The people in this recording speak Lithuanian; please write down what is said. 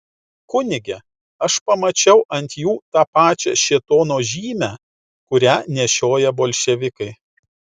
kunige aš pamačiau ant jų tą pačią šėtono žymę kurią nešioja bolševikai